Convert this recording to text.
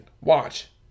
watch